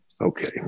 Okay